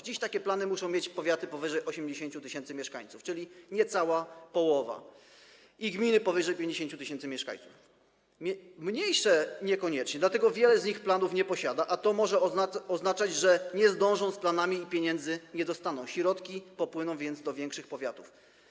Dziś takie plany muszą mieć powiaty powyżej 80 tys. mieszkańców, czyli niecała połowa, i gminy powyżej 50 tys. mieszkańców, mniejsze niekoniecznie, dlatego wiele z nich planów nie ma, a to może oznaczać, że nie zdążą z planami i pieniędzy nie dostaną, środki popłyną więc do większych powiatów.